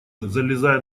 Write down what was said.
залезая